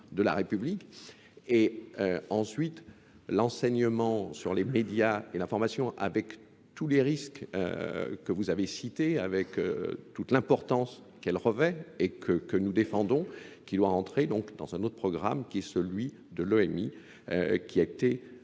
de la République, et ensuite l'enseignement sur les médias et l'information avec tous les risques que vous avez cités, avec toute l'importance qu'elle revêt et que nous défendons, qui doit entrer dans un autre programme qui est celui de l'OMI, qui a été